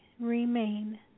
remain